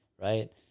Right